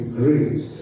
grace